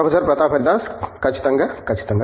professor Pratap Haridas ఖచ్చితంగా ఖచ్చితంగా